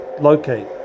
locate